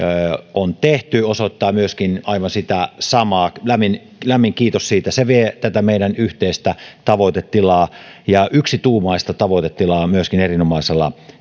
on tehty osoittaa aivan sitä samaa lämmin lämmin kiitos siitä se vie tätä meidän yhteistä ja myöskin yksituumaista tavoitetilaa erinomaisella